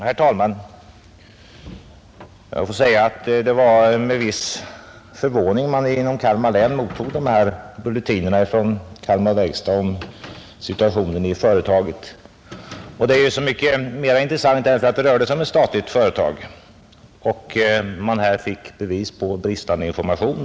Herr talman! Det var med viss förvåning man inom Kalmar län mottog bulletinerna från Kalmar verkstads AB om situationen i företaget. De var så mycket mera intressanta som det rörde sig om ett statligt företag och som man i detta fall fick belägg för bristande information.